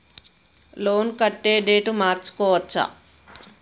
Loan కట్టే date మార్చుకోవచ్చా?